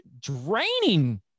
draining